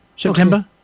September